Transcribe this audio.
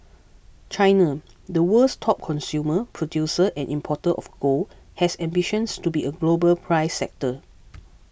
China the world's top consumer producer and importer of gold has ambitions to be a global price setter